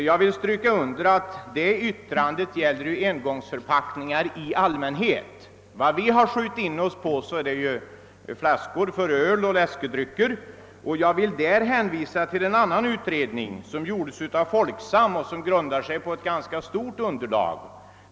Jag vill understryka att dessa uttalanden gäller engångsförpackningar i allmänhet. Vad vi motionärer har skjutit in oss på är ju flaskor för öl och läskedrycker. Jag vill på den punkten hänvisa till en annan utredning som har gjorts av Folksam och som grundade sig på ett ganska stort material.